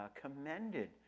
commended